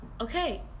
Okay